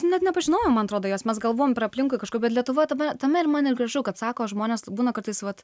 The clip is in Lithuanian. net nepažinojau man atrodo jos mes galvojom pro aplinkui kažko bet lietuva tame tame ir man ir gražu kad sako žmonės būna kartais vat